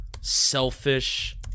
selfish